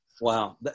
Wow